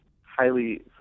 highly